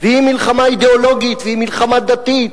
והיא מלחמה אידיאולוגית, והיא מלחמה דתית,